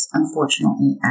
unfortunately